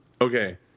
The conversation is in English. Okay